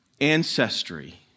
ancestry